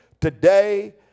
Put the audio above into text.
today